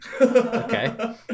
Okay